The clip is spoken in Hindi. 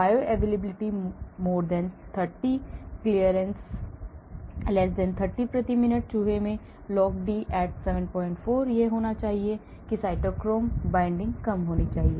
bioavailability 30 clearance 30 प्रति मिनट चूहे में log D at 74 यह होना चाहिए कि साइटोक्रोम binding कम होना चाहिए